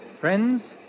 Friends